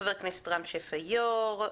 חבר הכנסת רם שפע היושב ראש,